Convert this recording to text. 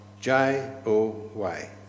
J-O-Y